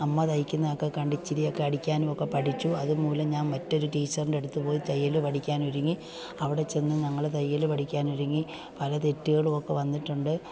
അമ്മ തയ്ക്കുന്നതൊക്കെ കണ്ടു ഇച്ചിരിയൊക്കെ അടിക്കാനുമൊക്കെ പഠിച്ചു അത് മൂലം ഞാൻ മറ്റൊരു ടീച്ചറിൻ്റെ അടുത്ത് പോയി തയ്യൽ പഠിക്കാൻ ഒരുങ്ങി അവിടെ ചെന്ന് ഞങ്ങൾ തയ്യൽ പഠിക്കാൻ ഒരുങ്ങി പല തെറ്റുകളുമൊക്കെ വന്നിട്ടുണ്ട്